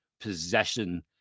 possession